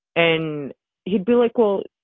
and he'd be like, well,